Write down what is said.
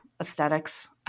aesthetics